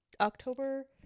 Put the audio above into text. october